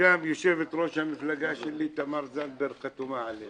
שגם יושבת-ראש המפלגה שלי תמר זנדברג חתומה עליה.